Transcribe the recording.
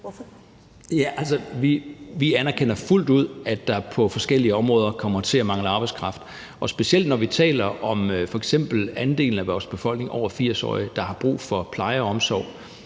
(DF): Vi anerkender fuldt ud, at der på forskellige områder kommer til at mangle arbejdskraft. Og specielt når vi taler om f.eks. andelen af vores befolkning, der er over 80 år, og som har brug for pleje og omsorg,